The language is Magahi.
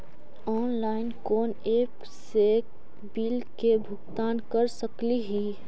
ऑनलाइन कोन एप से बिल के भुगतान कर सकली ही?